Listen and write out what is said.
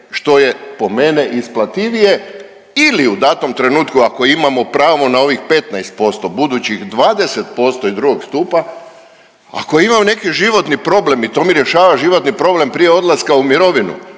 što je po mene isplativije ili u datom trenutku ako imamo pravo na ovih 15% budućih 20% iz drugog stupa, ako imam neki životni problem i to mi rješava životni problem prije odlaska u mirovinu